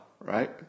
right